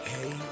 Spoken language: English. Hey